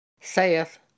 saith